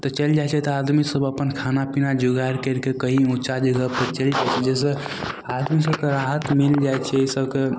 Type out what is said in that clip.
तऽ चलि जाइ छै तऽ आदमीसभ अपन खाना पिना जोगार करिके कहीँ उँचा जगहपर चलि जाइ छै जाहिसे आदमी सभकेँ राहत मिल जाइ छै एहि सबके